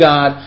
God